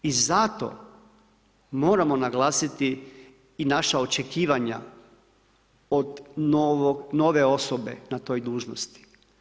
I zato moramo naglasiti i naša očekivanja od nove osobe na toj dužnosti.